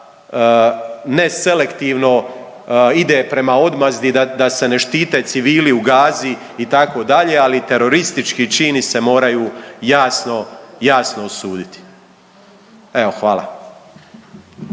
sada ne selektivno ide prema odmazdi da, da se ne štite civili u Gazi itd. ali teroristički čini se moraju jasno, jasno osuditi. Evo, hvala.